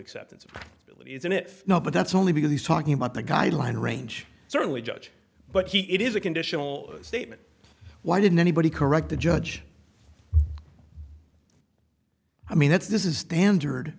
bill isn't it but that's only because he's talking about the guideline range certainly judge but he it is a conditional statement why didn't anybody correct the judge i mean that's this is standard